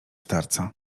starca